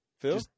Phil